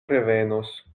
revenos